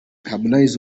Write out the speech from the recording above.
harmonize